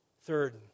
Third